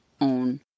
own